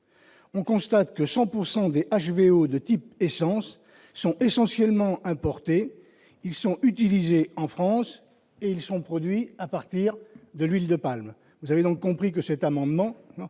on constate que 100 pourcent du HVO de type échéances sont essentiellement importés, ils sont utilisés en France et ils sont produits à partir de l'huile de palme, vous avez donc compris que cet amendement